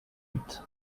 huit